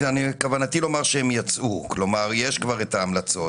כוונתי לומר שהן יצאו, כלומר יש כבר את ההמלצות